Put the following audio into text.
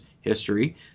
history